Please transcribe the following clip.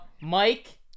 Mike